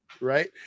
right